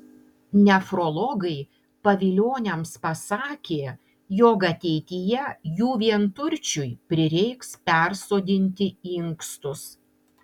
nefrologai pavilioniams pasakė jog ateityje jų vienturčiui prireiks persodinti inkstus